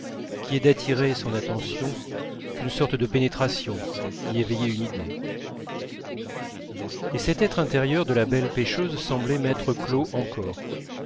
qui est d'attirer son attention qu'une sorte de pénétration y éveiller une idée et cet être intérieur de la belle pêcheuse semblait m'être clos encore